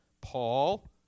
Paul